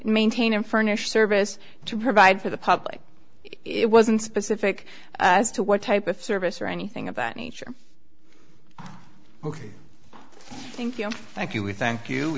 maintain and furnish service to provide for the public it wasn't specific as to what type of service or anything of that nature ok thank you thank you we thank you